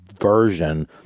version